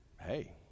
hey